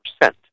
percent